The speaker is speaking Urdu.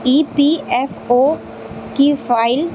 ای پی ایف او کی فائل